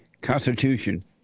constitution